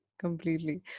completely